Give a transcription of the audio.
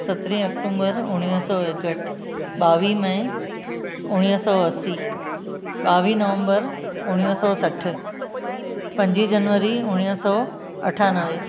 सत्रहीं अक्टूबर उणिवीह सौ एकहठि ॿावीह मे उणिवीह सौ असीं ॿावीह नवम्बर उणिवीह सौ सठि पंजी जनवरी उणिवीह सौ अठानवे